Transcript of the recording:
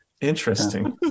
interesting